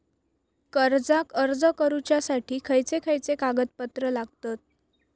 कर्जाक अर्ज करुच्यासाठी खयचे खयचे कागदपत्र लागतत